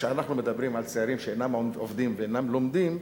כשאנחנו מדברים על צעירים שאינם עובדים ואינם לומדים,